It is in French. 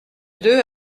deux